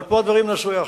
אבל פה הדברים נעשו יחד.